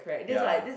ya